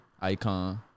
Icon